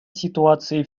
ситуацией